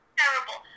terrible